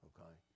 Okay